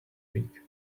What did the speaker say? week